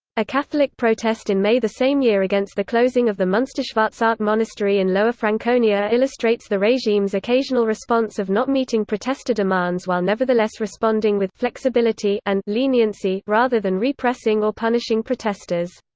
a catholic protest in may the same year against the closing of the munsterschwarzach monastery in lower franconia illustrates the regime's occasional response of not meeting protester demands while nevertheless responding with flexibility and leniency rather than repressing or punishing protesters.